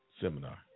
seminar